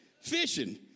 fishing